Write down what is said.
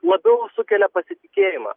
labiau sukelia pasitikėjimą